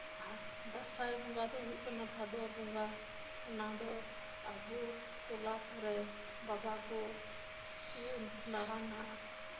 ᱟᱨ ᱫᱟᱸᱥᱟᱭ ᱵᱚᱸᱜᱟ ᱫᱚ ᱦᱳᱭᱳᱜ ᱠᱟᱱᱟ ᱵᱷᱟᱫᱚᱨ ᱵᱚᱸᱜᱟ ᱚᱱᱟ ᱫᱚ ᱟᱵᱚ ᱴᱚᱞᱟ ᱠᱚᱨᱮ ᱵᱟᱵᱟ ᱠᱚ ᱫᱟᱲᱟᱱᱟ